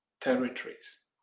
territories